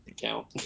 count